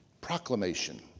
proclamation